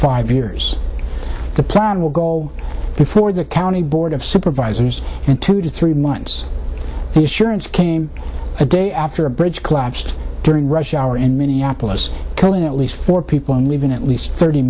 five years the plan will go before the county board of supervisors in two to three months this year and came a day after a bridge collapsed during rush hour in minneapolis killing at least four people and we've been at least thirty